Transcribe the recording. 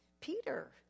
Peter